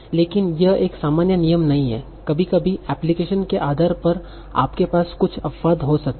लेकिन यह एक सामान्य नियम नहीं है कभी कभी एप्लीकेशन के आधार पर आपके पास कुछ अपवाद हो सकते हैं